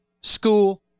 School